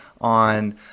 on